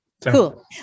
Cool